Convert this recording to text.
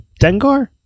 Dengar